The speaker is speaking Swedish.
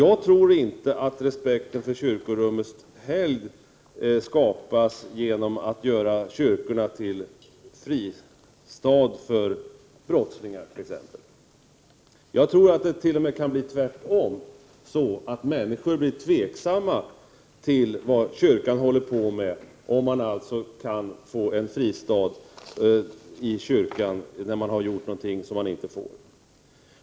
Jag tror inte att respekten för kyrkorummets helgd bibehålls genom att göra kyrkorna till fristad för t.ex. brottslingar. Människor kan tvärtom bli tveksamma och undra vad kyrkan ägnar sig åt, om man kan få en fristad i kyrkan när man gjort någonting som man inte får.